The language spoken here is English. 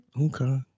Okay